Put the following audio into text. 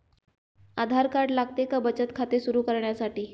आधार card लागते का बचत खाते सुरू करण्यासाठी?